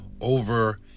over